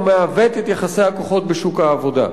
ומעוות את יחסי הכוחות בשוק העבודה.